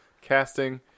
casting